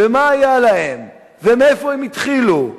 מה היה להם ומאיפה הם התחילו,